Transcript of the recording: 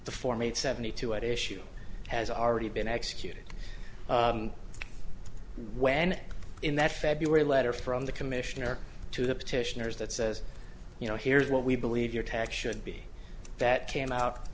the form eight seventy two at issue has already been executed when in that february letter from the commissioner to the petitioners that says you know here's what we believe your tax should be that came out